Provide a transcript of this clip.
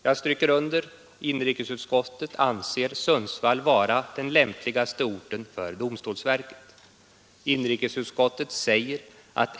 Jag stryker under att inrikesutskottet anser Sundsvall vara den lämpligaste orten för domstolsverket.